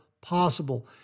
possible